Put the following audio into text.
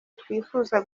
twifuza